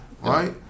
right